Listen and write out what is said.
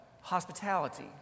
hospitality